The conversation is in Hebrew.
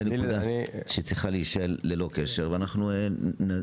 זאת נקודה שצריכה להישאל ללא קשר ואנחנו נדון בה.